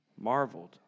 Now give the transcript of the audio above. marveled